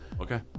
Okay